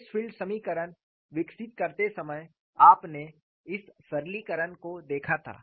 stress field समीकरण विकसित करते समय आपने इस सरलीकरण को देखा था